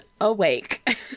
awake